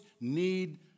need